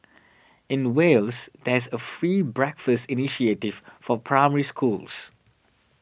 in Wales there is a free breakfast initiative for Primary Schools